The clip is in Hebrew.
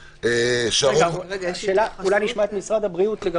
אולי נשמע את התייחסות משרד הבריאות?